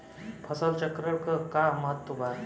फसल चक्रण क का महत्त्व बा?